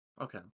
Okay